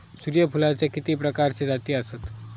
सूर्यफूलाचे किती प्रकारचे जाती आसत?